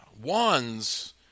Wands